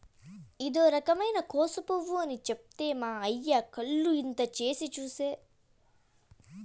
ఇదో రకమైన కోసు పువ్వు అని చెప్తే మా అయ్య కళ్ళు ఇంత చేసి చూసే